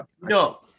No